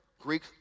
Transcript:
Greek